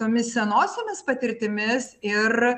tomis senosiomis patirtimis ir